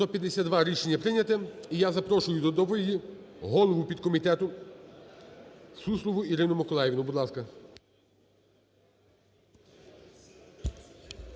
За-152 Рішення прийняте. І я запрошую до доповіді голову підкомітету Суслову Ірину Миколаївну. Будь ласка.